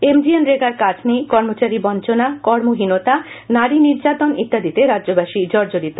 M G N রেগার কাজ নেই কর্মচারী বঞ্চনা কর্মহীনতা নারী নির্যাতন ইত্যাদিতে রাজ্যবাসী জর্জরিত